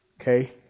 Okay